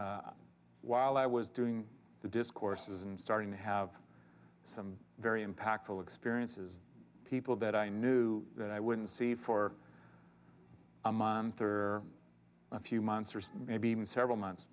while i was doing the discourses and starting to have some very impactful experiences the people that i knew that i wouldn't see for a month or a few months or maybe even several months